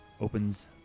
opens